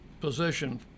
position